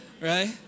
right